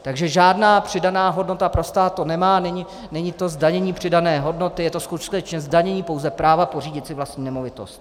Takže žádná přidaná hodnota pro stát to není, není to zdanění přidané hodnoty, je to skutečně zdanění pouze práva pořídit si vlastní nemovitost.